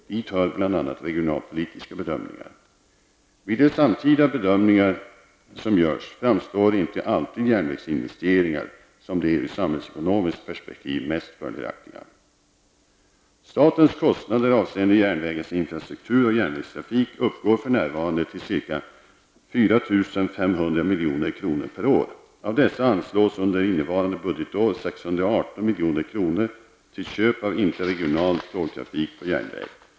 Dit hör bl.a. regionalpolitiska bedömningar. Vid de samtida bedömningar som görs framstår inte alltid järnvägsinvesteringar som det ur det samhällsekonomiska perspektivet mest fördelaktiga. Statens kostnader avseende järnvägens infrastruktur och järnvägstrafik uppgår för närvarande till ca 4 500 milj.kr. per år. Av dessa anslås under innevarande budgetår 618 milj.kr. till köp av interregional tågtrafik på järnväg.